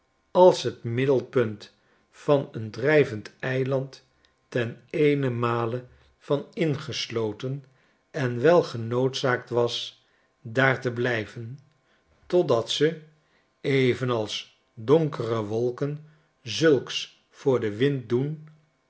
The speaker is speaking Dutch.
als het middelpunt van een drijvend eiland ten eenenmale van ingesloten en wel genoodzaakt was daar te blijven totdat ze evenalsdonkere wolken zulks voor den wind doen